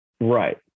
Right